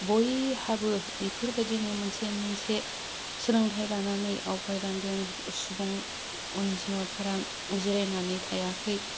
बयहाबो बेफोरबायदिनो मोनसे मोनसे सोलोंथाइ लानानै आवगायलांदों सुबुं अनजिमाफोरा जिरायनानै थायाखै